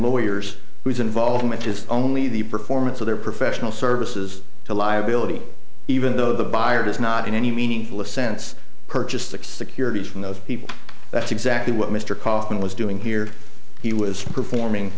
lawyers whose involvement is only the performance of their professional services to liability even though the buyer does not in any meaningful sense purchased the securities from those people that's exactly what mr kaufman was doing here he was performing